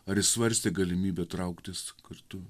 ar jis svarstė galimybę trauktis kartu